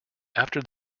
after